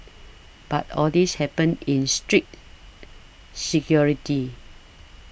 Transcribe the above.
but all this happened in strict security